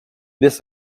this